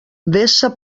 vessa